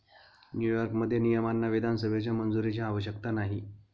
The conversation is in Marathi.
न्यूयॉर्कमध्ये, नियमांना विधानसभेच्या मंजुरीची आवश्यकता नाही